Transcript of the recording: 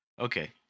Okay